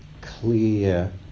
clear